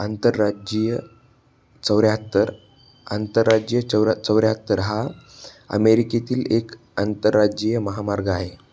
आंतरराज्यीय चौऱ्याहत्तर आंतरराज्यीय चौऱ्या चौऱ्याहत्तर हा अमेरिकेतील एक आंतरराज्यीय महामार्ग आहे